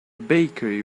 bakery